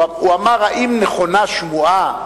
הוא אמר: האם נכונה השמועה.